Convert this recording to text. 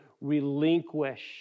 relinquish